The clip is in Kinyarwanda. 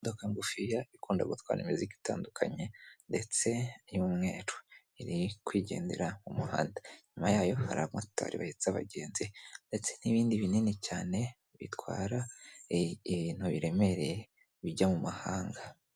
Imodoka ngufiya ikunda gutwara imizigo itandukanye ndetse y'umweru, iri kwigendera mu muhanda inyuma yayo hari abamotari bahetse abagenzi ndetse n'ibindi binini cyane bitwara ibintu biremereye bijya mu mahanga.